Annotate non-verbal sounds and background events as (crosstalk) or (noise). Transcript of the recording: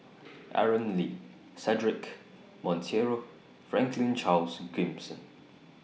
(noise) Aaron Lee Cedric Monteiro Franklin Charles Gimson